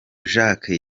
jacques